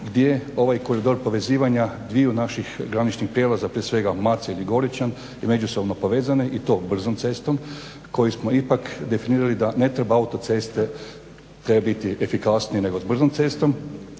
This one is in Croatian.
gdje ovaj koridor povezivanja dviju naših graničnih prijelaza, prije svega Macelj i Goričan i međusobno povezane i to brzom cestom, koju smo ipak definirali da ne treba auto ceste, treba biti efikasniji nego s brzom cestom.